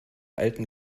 alten